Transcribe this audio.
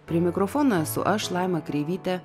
prie mikrofono esu aš laima kreivytė